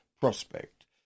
prospect